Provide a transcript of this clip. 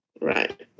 Right